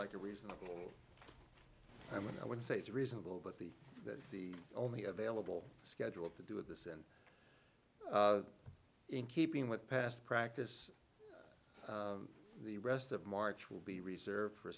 like a reasonable i mean i would say it's reasonable but the that the only available schedule to do with this and in keeping with past practice the rest of march will be reserved for